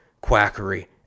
quackery